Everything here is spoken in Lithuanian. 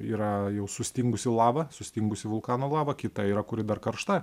yra jau sustingusi lava sustingusi vulkano lava kita yra kuri dar karšta